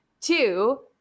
Two